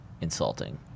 insulting